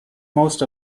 most